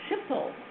simple